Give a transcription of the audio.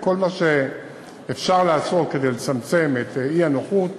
וכל מה שאפשר לעצור כדי לצמצם את האי-נוחות,